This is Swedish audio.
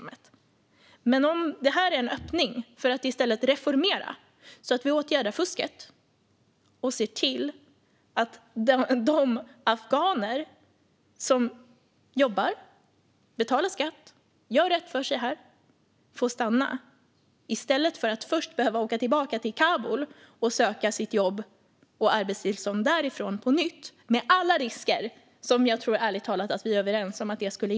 Detta kan dock vara en öppning för att reformera systemet så att vi åtgärdar fusket och ser till att de afghaner som jobbar, betalar skatt och gör rätt för sig här får stanna utan att behöva åka tillbaka till Kabul och på nytt söka jobb och arbetstillstånd därifrån - med alla de risker som jag ärligt talat tror att vi alla är överens om att det innebär.